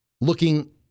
looking